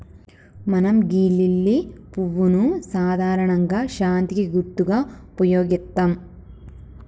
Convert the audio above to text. మనం గీ లిల్లీ పువ్వును సాధారణంగా శాంతికి గుర్తుగా ఉపయోగిత్తం